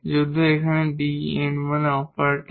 যদিও এখানে D n মানে অপারেটর